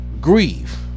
grieve